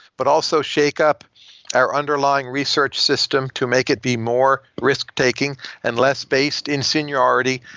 but also shake up our underlying research system to make it be more risk-taking and less based in seniority.